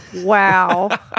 Wow